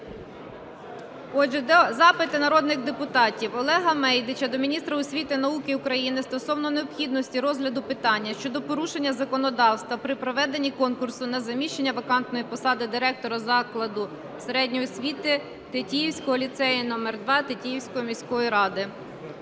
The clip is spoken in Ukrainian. Отже, запити народних депутатів. Олега Мейдича до Міністра освіти і науки України стосовно необхідності розгляду питання щодо порушення законодавства при проведенні конкурсу на заміщення вакантної посади директора закладу середньої освіти Тетіївського ліцею №2 Тетіївської міської ради.